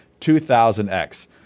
2000X